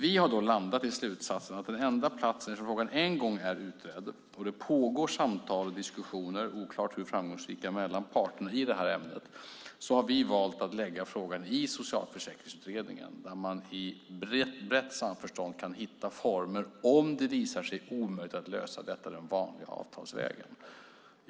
Vi har landat i slutsatsen att eftersom frågan en gång är utredd och det pågår samtal och diskussioner - oklart hur framgångsrika - mellan parterna i det här ämnet ska frågan läggas i Socialförsäkringsutredningen, där man i brett samförstånd kan hitta former om det visar sig omöjligt att lösa detta den vanliga avtalsvägen.